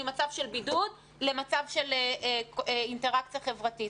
ממצב של בידוד למצב של אינטראקציה חברתית.